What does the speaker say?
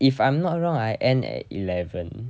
if I'm not wrong I end at eleven